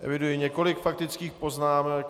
Eviduji několik faktických poznámek.